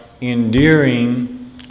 endearing